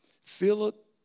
Philip